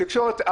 התקשורת,